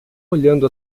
olhando